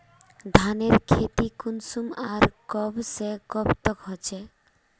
धानेर खेती कुंसम आर कब से कब तक होचे?